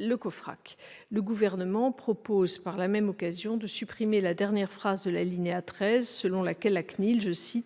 Le Gouvernement propose par la même occasion de supprimer la dernière phrase de l'alinéa 13 selon laquelle la CNIL